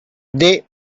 they